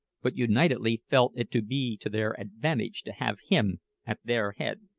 but unitedly felt it to be to their advantage to have him at their head.